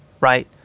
right